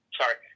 sorry